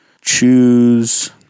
choose